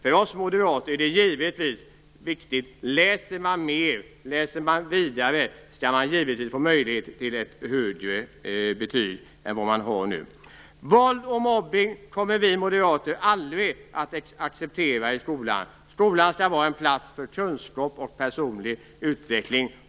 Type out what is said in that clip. För oss moderater är det givet att den som läser mer och läser vidare skall få möjlighet att få ett högre betyg än det nuvarande. Våld och mobbning kommer vi moderater aldrig att acceptera i skolan. Skolan skall vara en plats för kunskap och personlig utveckling.